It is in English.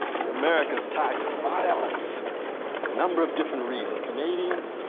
we americans tied to violence for a number of different reasons. canadians